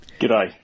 G'day